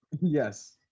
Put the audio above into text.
Yes